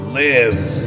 lives